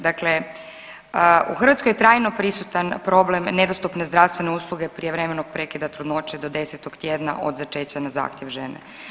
Dakle, u Hrvatskoj je trajno prisutan problem nedostupne zdravstvene usluge prijevremenog prekida trudnoće do 10. tjedna od začeća na zahtjev žene.